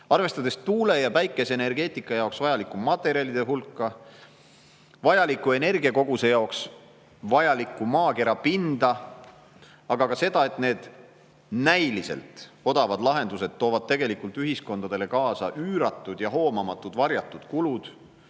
Arvestades tuule‑ ja päikeseenergeetika jaoks vajalikku materjalide hulka, vajaliku energiakoguse jaoks vajalikku maakera pinda, aga ka seda, et need näiliselt odavad lahendused toovad tegelikult ühiskondadele kaasa üüratud ja [osalt] hoomamatud varjatud kulud,